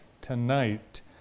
tonight